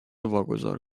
واگذار